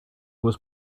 was